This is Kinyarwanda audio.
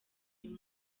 uyu